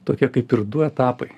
tokie kaip ir du etapai